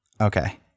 Okay